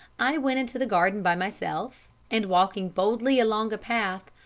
i went into the garden by myself and, walking boldly along a path,